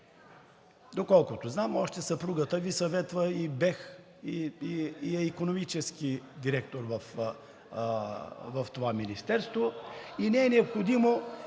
Доколкото знам, още съпругата Ви съветва и БЕХ, и е икономически директор в това министерство и не е необходимо